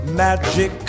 magic